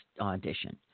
audition